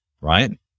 right